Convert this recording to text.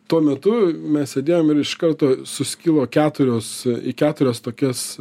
tuo metu mes sėdėjom ir iš karto suskilo keturios į keturias tokias